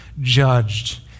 judged